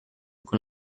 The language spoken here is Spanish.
con